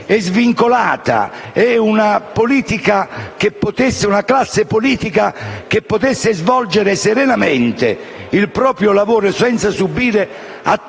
e una classe politica che potesse svolgere serenamente il proprio lavoro, senza subire attacchi